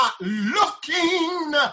looking